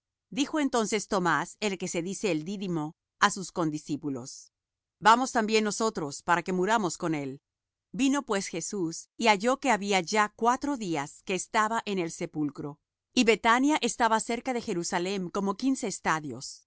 dijo entonces tomás el que se dice el dídimo á sus condiscípulos vamos también nosotros para que muramos con él vino pues jesús y halló que había ya cuatro días que estaba en el sepulcro y bethania estaba cerca de jerusalem como quince estadios